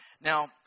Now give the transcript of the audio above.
Now